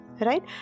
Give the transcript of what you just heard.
right